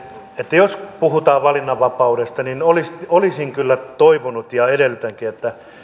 valinnanvapaudesta mitä olisin kyllä toivonut ja edellytänkin että